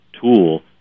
tool